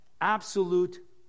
absolute